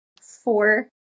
four